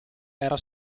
era